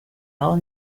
all